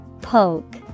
poke